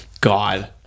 God